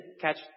catch